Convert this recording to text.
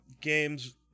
games